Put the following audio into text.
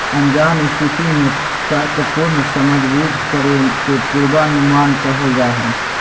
अनजान स्थिति में तर्कपूर्ण समझबूझ करे के पूर्वानुमान कहल जा हइ